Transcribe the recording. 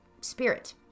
spirit